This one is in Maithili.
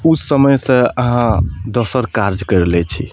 समयके अहाँ दोसर काज कैरि लै छी